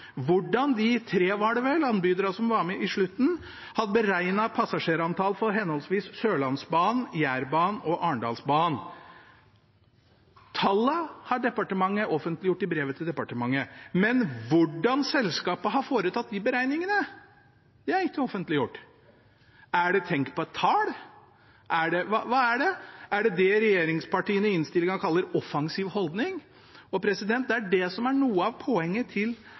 hvordan de tre anbyderne som var med til slutt, hadde beregnet passasjerantallet for henholdsvis Sørlandsbanen, Jærbanen og Arendalsbanen. Tallene har departementet offentliggjort i brevet, men hvordan selskapene har foretatt disse beregningene, er ikke offentliggjort. Er det tenk-på-et-tall, eller hva er det? Er det dette regjeringspartiene i innstillingen kaller «en offensiv holdning»? Noe av poenget til